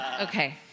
Okay